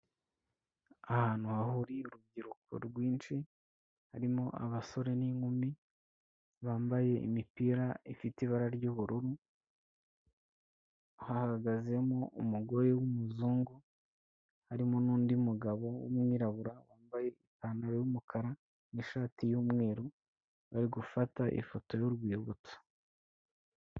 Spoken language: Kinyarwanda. Ahantu hahuriye urubyiruko rwinshi, harimo abasore n'inkumi bambaye imipira ifite ibara ry'ubururu, hahagazemo umugore w'umuzungu, harimo n'undi mugabo w'umwirabura wambaye ipantaro y'umukara n'ishati y'umweru ,bari gufata ifoto y'urwibutso.